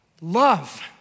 Love